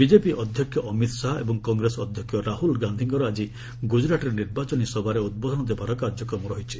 BJP ଅଧ୍ୟକ୍ଷ ଅମିତ ଶାହା ଏବଂ କଂଗ୍ରେସ ଅଧ୍ୟକ୍ଷ ରାହୁଲ ଗାନ୍ଧୀଙ୍କର ଆସି ଗୁଜ୍ଜୁରାଟରେ ନିର୍ବାଚନୀ ସଭାରେ ଉଦ୍ବୋଧନ ଦେବାର କାର୍ଯ୍ୟକ୍ରମ ରହିଛି